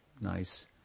nice